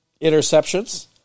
interceptions